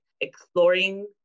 exploring